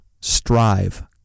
Strive